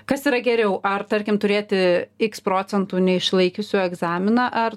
kas yra geriau ar tarkim turėti iks procentų neišlaikiusių egzaminą ar